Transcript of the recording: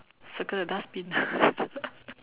circle the dustbin